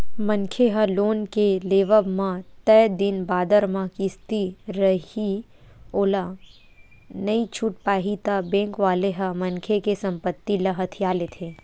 मनखे ह लोन के लेवब म तय दिन बादर म किस्ती रइही ओला नइ छूट पाही ता बेंक वाले ह मनखे के संपत्ति ल हथिया लेथे